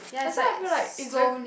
that's why I feel like it's very